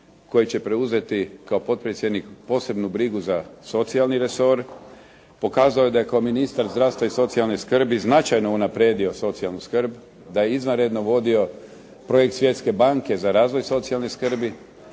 koji će preuzeti kao potpredsjednik posebnu brigu za socijalni resor pokazao je da kao ministar zdravstva i socijalne skrbi značajno unaprijedio socijalnu skrb, da je izvanredno vodio projekt svjetske banke za razvoj socijalne skrbi,